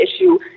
issue